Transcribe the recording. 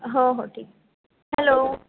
हो हो ठीक आहे हॅलो